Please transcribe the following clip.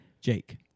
Jake